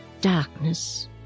darkness